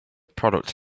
product